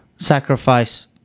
sacrifice